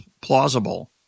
plausible